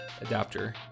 adapter